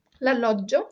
L'alloggio